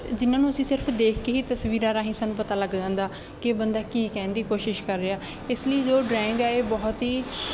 ਜਿਨ੍ਹਾਂ ਨੂੰ ਅਸੀਂ ਸਿਰਫ ਦੇਖ ਕੇ ਹੀ ਤਸਵੀਰਾਂ ਰਾਹੀਂ ਸਾਨੂੰ ਪਤਾ ਲੱਗ ਜਾਂਦਾ ਕਿ ਇਹ ਬੰਦਾ ਕੀ ਕਹਿਣ ਦੀ ਕੋਸ਼ਿਸ਼ ਕਰ ਰਿਹਾ ਇਸ ਲਈ ਜੋ ਡਰਾਇੰਗ ਹੈ ਇਹ ਬਹੁਤ ਹੀ